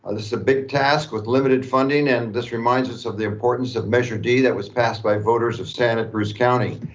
this is a big task with limited funding. and this reminds us of the importance of measure d that was passed by voters of santa cruz county.